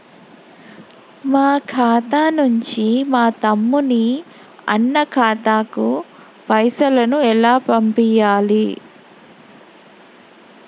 మా ఖాతా నుంచి మా తమ్ముని, అన్న ఖాతాకు పైసలను ఎలా పంపియ్యాలి?